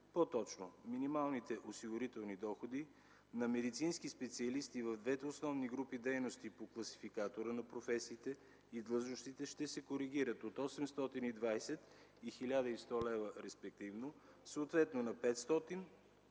по-точно минималните осигурителни доходи на медицински специалисти в двете основни групи дейности по Класификатора на професиите и длъжностите ще се коригират от 820 и 1100 лв. респективно, съответно на 500 и на